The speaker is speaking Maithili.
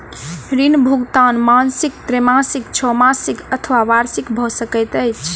ऋण भुगतान मासिक त्रैमासिक, छौमासिक अथवा वार्षिक भ सकैत अछि